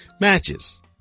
matches